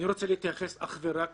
אני רוצה להתייחס אך ורק